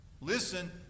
Listen